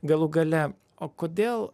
galų gale o kodėl